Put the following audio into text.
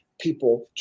people